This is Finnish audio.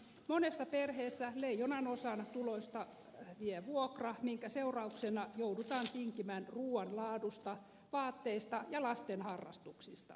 monessa perheessä leijonanosan tuloista vie vuokra minkä seurauksena joudutaan tinkimään ruuan laadusta vaatteista ja lasten harrastuksista